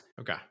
Okay